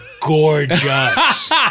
gorgeous